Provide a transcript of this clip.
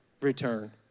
Return